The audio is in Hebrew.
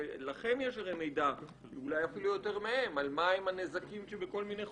לכם אולי יש יותר מידע מהם על מה הם הנזקים שבכל מיני חומרים.